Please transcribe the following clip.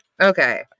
Okay